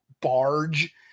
barge